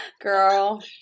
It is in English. Girl